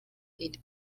ele